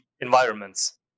environments